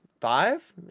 Five